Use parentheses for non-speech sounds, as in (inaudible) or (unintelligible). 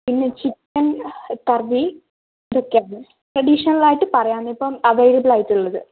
പിന്നെ ചിക്കൻ കറി (unintelligible) ട്രഡീഷണലായിട്ട് പറയാൻ ഇപ്പം അവൈലബിളായിട്ടുള്ളത്